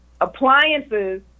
appliances